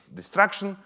destruction